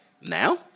Now